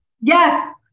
Yes